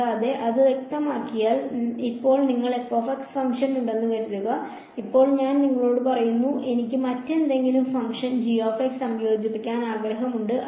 കൂടാതെ അത് വ്യക്തമാക്കിയാൽ ഇപ്പോൾ നിങ്ങൾക്ക് ഫംഗ്ഷൻ ഉണ്ടെന്ന് കരുതുക ഇപ്പോൾ ഞാൻ നിങ്ങളോട് പറയുന്നു എനിക്ക് മറ്റെന്തെങ്കിലും ഫംഗ്ഷൻ സംയോജിപ്പിക്കാൻ ആഗ്രഹമുണ്ട്